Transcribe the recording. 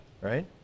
right